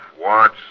Watch